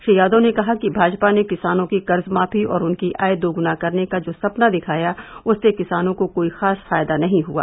श्री यादव ने कहा कि भाजपा ने किसानों की कर्जमाफी और उनकी आय दोगुना करने का जो सपना दिखाया उससे किसानों को कोई खास फायदा नहीं हुआ